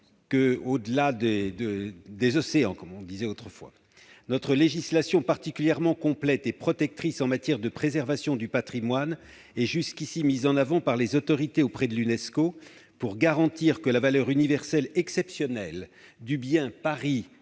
au-delà des océans, comme on disait autrefois. Notre législation particulièrement complète et protectrice en matière de préservation du patrimoine a jusqu'ici été mise en avant par les autorités auprès de l'Unesco pour garantir que la valeur universelle exceptionnelle du site « Paris,